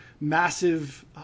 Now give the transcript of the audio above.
Massive